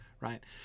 Right